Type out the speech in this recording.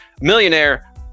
Millionaire